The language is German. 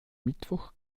mittwoch